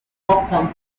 popcorn